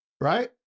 Right